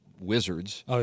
wizards